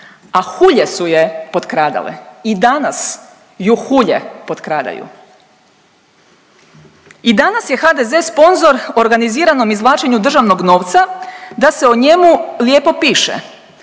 a hulje su je potkradale i danas ju hulje potkradaju. I danas je HDZ sponzor organiziranom izvlačenju državnog novca da se o njemu lijepo piše.